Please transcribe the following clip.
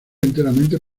enteramente